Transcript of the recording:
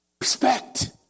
respect